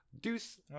Deuce